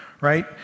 right